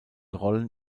rollen